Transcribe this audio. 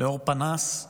לאור פנס,